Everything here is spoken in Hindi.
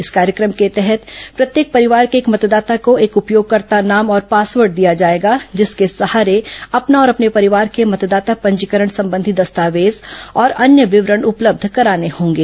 इस कार्यक्रम के तहत प्रत्येक परिवार के एक मतदाता को एक उपयोगकर्ता नाम और पासवर्ड दिया जाएगा जिसके सहारे अपना और अपने परिवार के मतदाता पंजीकरण संबंधी दस्तावेज और अन्य विवरण उपलब्ध कराने होंगे